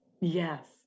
Yes